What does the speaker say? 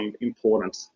important